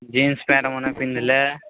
jeans ପ୍ୟାଣ୍ଟମାନେ ପିନ୍ଧିଲେ